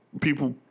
people